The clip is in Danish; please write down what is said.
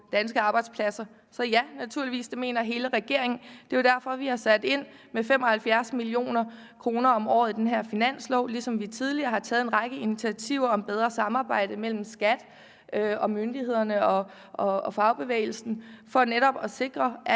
danske arbejdspladser, så ja, naturligvis, det mener hele regeringen. Det er jo derfor, at vi har sat ind med 75 mio. kr. om året i den her finanslov, ligesom vi tidligere har taget en række initiativer om bedre samarbejde mellem SKAT og myndighederne og fagbevægelsen for netop at sikre, at